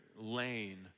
lane